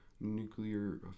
nuclear